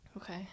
Okay